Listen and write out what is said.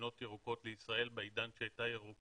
מדינות ירוקות לישראל בעידן שהייתה ירוקה,